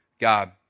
God